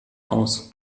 aus